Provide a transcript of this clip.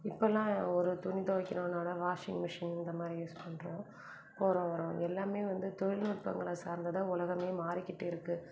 இப்போல்லாம் ஒரு துணி துவைக்கணுன்னாலும் வாஷிங் மிஷின் இந்த மாதிரி யூஸ் பண்ணுறோம் போகிறவன் வரவன் எல்லாமே வந்து தொழில்நுட்பங்களை சார்ந்துதான் உலகமே மாறிக்கிட்டு இருக்குது